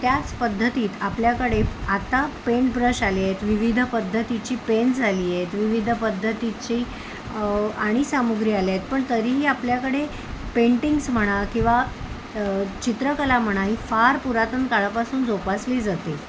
त्याच पद्धतीत आपल्याकडे आता पेंट ब्रश आली आहेत विविध पद्धतीची पेन्स आली आहेत विविध पद्धतीची आणि सामुग्री आले आहेत पण तरीही आपल्याकडे पेंटिंग्स म्हणा किंवा चित्रकला म्हणा ही फार पुरातन काळापासून जोपासली जाते